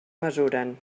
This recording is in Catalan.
mesuren